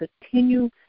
continue